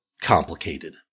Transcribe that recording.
complicated